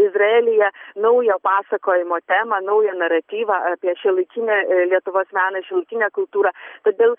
izraelyje naujo pasakojimo temą naują naratyvą apie šiuolaikinį lietuvos meną šiuolaikinę kultūrą todėl